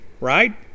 right